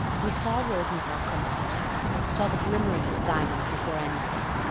we saw rosenthall come out saw the glimmer of his diamonds before anything.